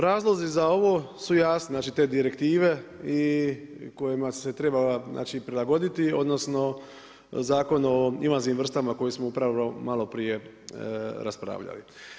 Razlozi za ovo su jasni, te direktive kojima se trebala prilagoditi odnosno Zakon o invazivnim vrstama koje smo upravo malo prije raspravljali.